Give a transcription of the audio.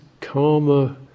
karma